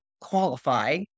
qualify